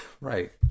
Right